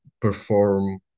perform